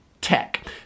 tech